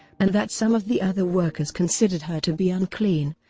and that some of the other workers considered her to be unclean,